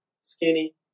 skinny